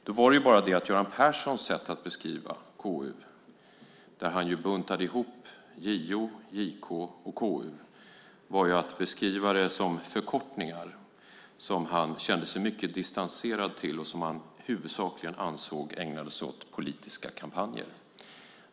Det är bara det att Göran Persson hade ett sätt beskriva KU där han buntade ihop JO, JK och KU och beskrev det som förkortningar som han kände sig mycket distanserad till och huvudsakligen ansåg ägnade sig åt politiska kampanjer.